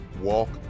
walk